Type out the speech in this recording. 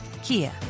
Kia